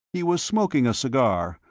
he was smoking a cigar,